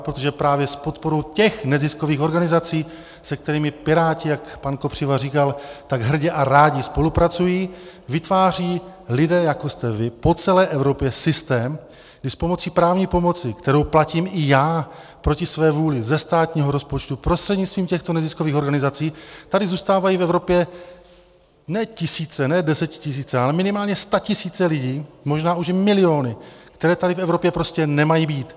Protože právě s podporou těch neziskových organizací, se kterými Piráti, jak pan Kopřiva říkal, tak hrdě a rádi spolupracují, vytvářejí lidé, jako jste vy, po celé Evropě systém, kdy s právní pomocí, kterou platím i já proti své vůli, ze státního rozpočtu, prostřednictvím těchto neziskových organizací tady zůstávají v Evropě ne tisíce, ne desetitisíce, ale minimálně statisíce lidí, možná už i miliony, které tady v Evropě prostě nemají být.